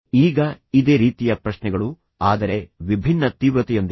ಈಗ ಇದೇ ರೀತಿಯ ಪ್ರಶ್ನೆಗಳು ಆದರೆ ವಿಭಿನ್ನ ತೀವ್ರತೆಯೊಂದಿಗೆ